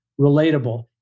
relatable